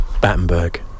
Battenberg